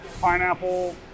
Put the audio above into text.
pineapple